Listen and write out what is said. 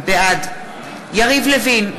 בעד יריב לוין,